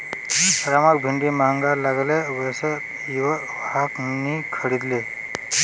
रामक भिंडी महंगा लागले वै स उइ वहाक नी खरीदले